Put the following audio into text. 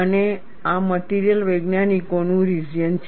અને આ મટિરિયલ વૈજ્ઞાનિકોનું રિજિયન છે